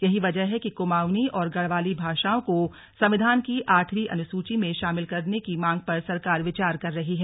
यही वजह है कि कुमाऊंनी और गढ़वाली भाषाओं को संविधान की आठवीं अनुसूची में शामिल करने की मांग पर सरकार विचार कर रही है